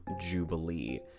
Jubilee